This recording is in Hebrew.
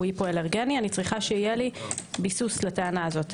היפואלרגני אני צריכה שיהיה לי ביסוס לטענה הזו.